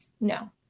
no